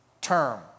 term